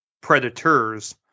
Predators